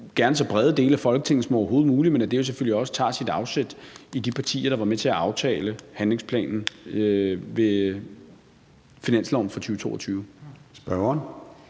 inddrage så brede dele af Folketinget som overhovedet muligt, men at det jo selvfølgelig også tager sit afsæt i de partier, der var med til at aftale handlingsplanen i forbindelse med finansloven for 2022. Kl.